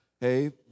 hey